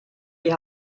die